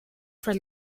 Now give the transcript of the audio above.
for